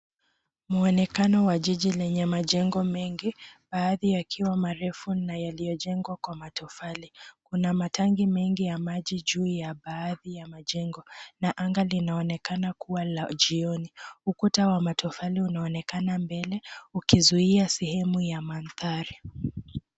Muonekano wa jiji lenye majengo mengi baadhi yakiwa marefu na yaliyojengwa kwa matofali. Kuna matangi mengi ya maji juu ya baadhi ya majengo na anga linaonekana kuwa la jioni. Ukuta wa matofali unaonekana mbele ukizuia sehemu ya mandhari.